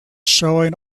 showing